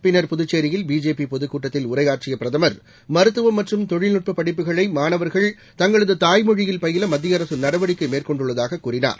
பின்னர் புதுச்சோயில் பிஜேபி பொதக்கூட்டத்தில் உரையாற்றிய பிரதமர் மருத்துவம் மற்றும் தொழில்நட்ப படிப்புகளை மானவர்கள் தங்களது தாய்மொழியில் பயில மத்திய அரசு நடவடிக்கை மேற்கொண்டுள்ளதாக கூறினார்